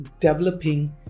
developing